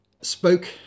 spoke